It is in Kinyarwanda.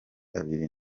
abiri